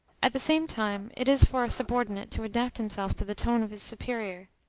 at the same time, it is for a subordinate to adapt himself to the tone of his superior,